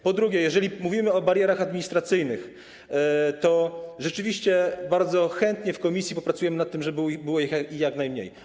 Po drugie, jeżeli mówimy o barierach administracyjnych, to rzeczywiście bardzo chętnie w komisji popracujemy nad tym, żeby było ich jak najmniej.